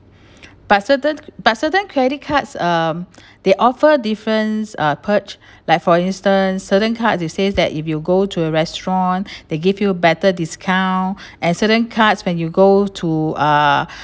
but certain but certain credit cards um they offer different uh perch like for instance certain cards it says that if you go to a restaurant they give you better discount and certain cards when you go to uh